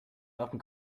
often